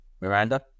Miranda